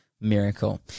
miracle